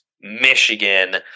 Michigan